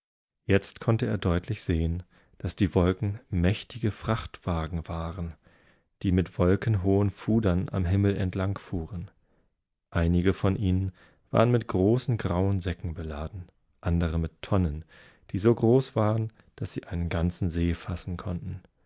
jetzt konnte er deutlich sehen daß die wolken mächtige frachtwagenwaren diemitwolkenhohenfudernamhimmelentlangfuhren einige von ihnen waren mit großen grauen säcken beladen andere mit tonnen die so groß waren daß sie einen ganzen see fassen konnten